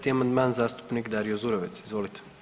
40. amandman zastupnik Dario Zurovec, izvolite.